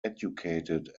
educated